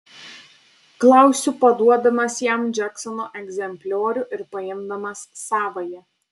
klausiu paduodamas jam džeksono egzempliorių ir paimdamas savąjį